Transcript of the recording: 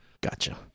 Gotcha